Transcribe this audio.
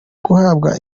guhabwa